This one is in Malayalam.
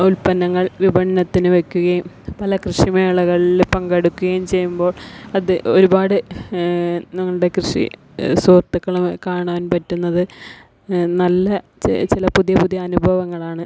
ഉൽപ്പന്നങ്ങൾ വിപണത്തിന് വയ്ക്കുകയും പല കൃഷി മേളകളിൽ പങ്കെടുക്കുകയും ചെയ്യുമ്പോൾ അത് ഒരുപാട് നമ്മുടെ കൃഷി സുഹൃത്തുക്കളെ കാണാൻ പറ്റുന്നത് നല്ല ചില പുതിയ പുതിയ അനുഭവങ്ങളാണ്